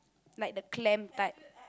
like the clam type